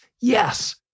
yes